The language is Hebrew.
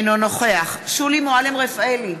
אינו נוכח שולי מועלם-רפאלי,